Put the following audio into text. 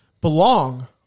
belong